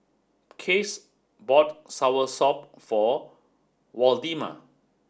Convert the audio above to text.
case bought soursop for Waldemar